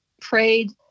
prayed